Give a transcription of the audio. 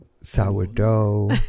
Sourdough